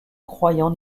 croyants